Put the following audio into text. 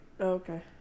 Okay